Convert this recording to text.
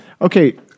Okay